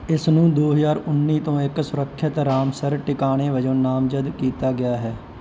ਇਸ ਨੂੰ ਦੋ ਹਜ਼ਾਰ ਉੱਨੀ ਤੋਂ ਇੱਕ ਸੁਰੱਖਿਅਤ ਰਾਮਸਰ ਟਿਕਾਣੇ ਵਜੋਂ ਨਾਮਜ਼ਦ ਕੀਤਾ ਗਿਆ ਹੈ